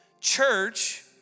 church